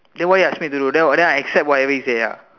then what you expect me to do then I then I accept whatever he say ah